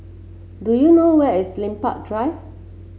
do you know where is Lempeng Drive